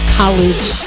college